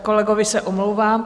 Kolegovi se omlouvám.